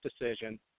decision